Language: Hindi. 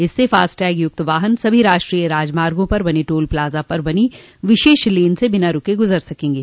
इससे फास्टैग युक्त वाहन सभी राष्ट्रीय राजमार्गों पर बने टोल प्लाजा पर बनी विशेष लेन से बिना रूके गुजर सकेंगे